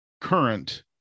current